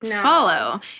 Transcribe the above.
follow